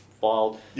filed